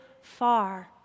far